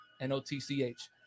n-o-t-c-h